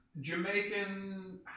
Jamaican